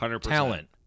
talent